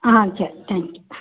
ஆ சரி தேங்க்யூ